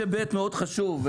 יש היבט מאוד חשוב,